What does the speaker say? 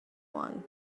one